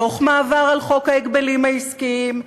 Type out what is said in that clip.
תוך מעבר על חוק ההגבלים העסקיים,